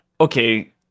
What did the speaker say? Okay